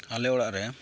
ᱟᱞᱮ ᱚᱲᱟᱜᱨᱮ